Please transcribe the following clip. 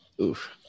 Oof